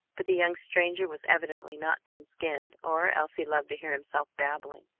but the young stranger was evidently not thin-skinned, or else he loved to hear himself babbling.